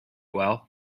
well